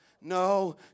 No